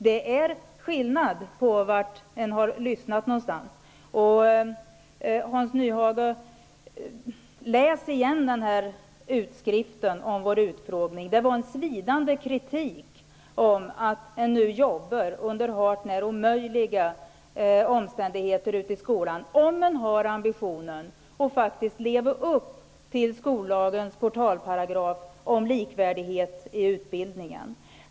Det är skillnad, beroende på vem man har lyssnat på. Hans Nyhage! Läs utskriften från utfrågningen igen! Det gavs en svidande kritik. I skolan jobbar man nu under hart när omöjliga omständigheter, om man har ambitionen att leva upp till skollagens portalparagraf om likvärdighet i utbildningen.